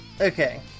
Okay